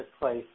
place